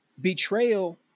betrayal